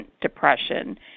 depression